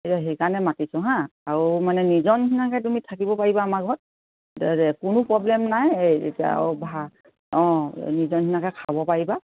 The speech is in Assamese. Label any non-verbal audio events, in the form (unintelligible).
এতিয়া সেইকাৰণে মাতিছোঁ হা আৰু মানে নিজৰ নিচিনাকে তুমি থাকিব পাৰিবা আমাৰ ঘৰত (unintelligible) কোনো প্ৰব্লেম নাই (unintelligible) এতিয়া (unintelligible) অঁ নিজৰ নিচিনাকে খাব পাৰিবা